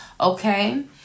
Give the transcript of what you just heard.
Okay